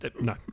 No